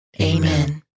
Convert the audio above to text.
Amen